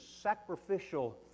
sacrificial